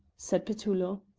said petullo.